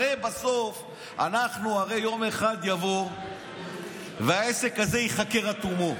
הרי בסוף יבוא יום והעסק הזה ייחקר עד תומו.